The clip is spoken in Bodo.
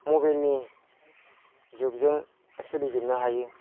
मबाइलनि जुगजों सोलिजोबनो हायो